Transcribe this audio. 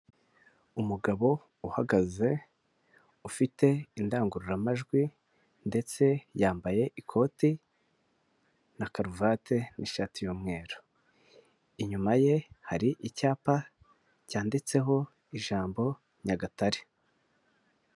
Umugabo uhagaze ufite indangururamajwi ndetse yambaye ikoti na karuvati n'ishati y'umweru, inyuma ye hari icyapa cyanditseho ijambo Nyagatare.